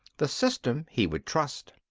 the system he would trust.